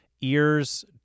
ears